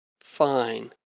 fine